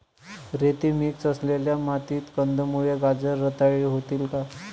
रेती मिक्स असलेल्या मातीत कंदमुळे, गाजर रताळी होतील का?